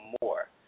more